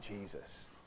Jesus